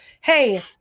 hey